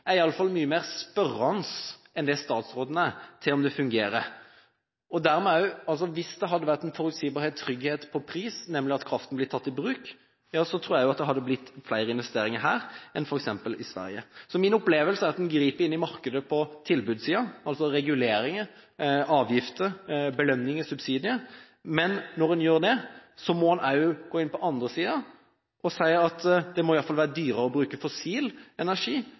er i alle fall bransjen mye mer spørrende enn det statsråden er til om det fungerer. Hvis det hadde vært en forutsigbar trygghet på pris, nemlig at kraften blir tatt i bruk, tror jeg det hadde blitt flere investeringer her enn f.eks. i Sverige. Min opplevelse er at en griper inn i markedet på tilbudssiden, altså reguleringer, avgifter, belønninger, subsidier, men når en gjør det, må en på den andre siden gå inn og si at det i alle fall må være dyrere å bruke fossil energi